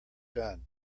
done